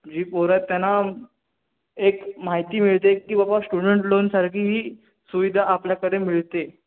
जी पोरं आहेत त्यांना एक माहिती मिळते की बाबा स्टुडंट लोनसारखी ही सुविधा आपल्याकडे मिळते